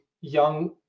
young